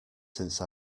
since